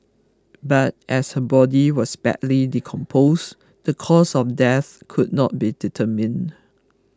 but as her body was badly decomposed the cause of death could not be determined